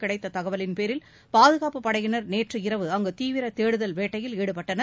கிடைத்த தகவலின்பேரில் பாதுகாப்பு படையினர் நேற்று இரவு அங்கு தீவிர தேடுதல் வேட்டையில் ஈடுபட்டனர்